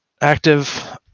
active